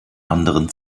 anderen